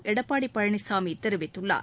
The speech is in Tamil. எடப்பாடி பழனிசாமி தெரிவித்துள்ளார்